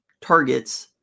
targets